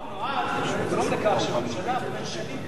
החוק נועד לגרום לכך שהממשלה במשך שנים תרד,